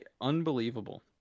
unbelievable